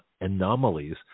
anomalies